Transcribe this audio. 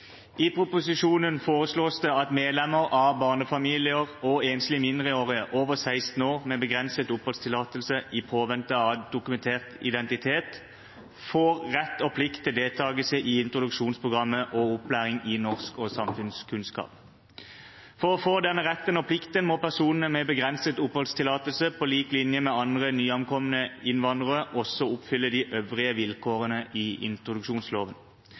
i introduksjonsloven. I proposisjonen foreslås det at medlemmer av barnefamilier og enslige mindreårige over 16 år med begrenset oppholdstillatelse i påvente av dokumentert identitet, får rett og plikt til deltagelse i introduksjonsprogrammet og opplæring i norsk og samfunnskunnskap. For å få denne retten og plikten må personene med begrenset oppholdstillatelse på lik linje med andre nyankomne innvandrere også oppfylle de øvrige vilkårene i introduksjonsloven.